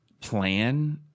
plan